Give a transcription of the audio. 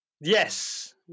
Yes